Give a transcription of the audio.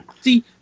See